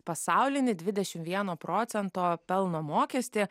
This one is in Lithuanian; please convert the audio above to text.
pasaulinį dvidešimt vieno procento pelno mokestį